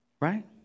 Right